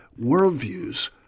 worldviews